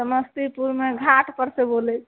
समस्तीपुरमे घाटपरसँ बोलै